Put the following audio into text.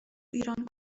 ایران